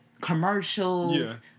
commercials